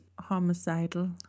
homicidal